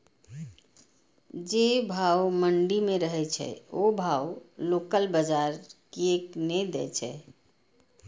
जे भाव मंडी में रहे छै ओ भाव लोकल बजार कीयेक ने दै छै?